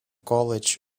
college